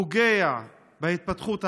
פוגע בהתפתחות העיר.